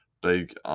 big